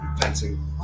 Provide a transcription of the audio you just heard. fencing